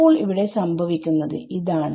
അപ്പോൾ ഇവിടെ സംഭവിക്കുന്നത് ഇതാണ്